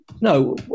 no